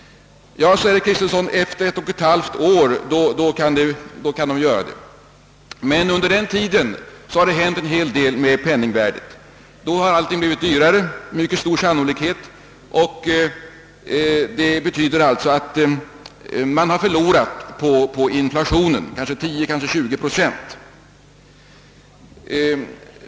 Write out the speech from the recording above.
Efter ett och ett halvt år säger herr Kristenson kan de bygga kyrkor. Under den tiden har det emellertid hänt en hel del med penningvärdet. Då har allting med mycket stor sannolikhet blivit dyrare, vilket betyder att man förlorat kanske 10 till 20 procent på inflationen.